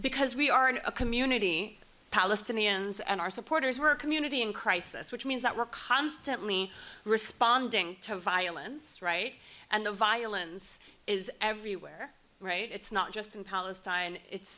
because we are in a community palestinians and our supporters were a community in crisis which means that we're constantly responding to violence right and the violence is everywhere right it's not just in palestine it's